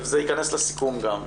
זה ייכנס לסיכום גם,